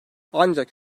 ancak